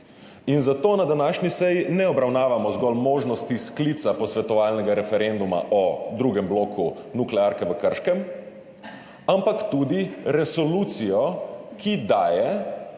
Zato na današnji seji ne obravnavamo zgolj možnosti sklica posvetovalnega referenduma o drugem bloku nuklearke v Krškem, ampak tudi resolucijo, ki daje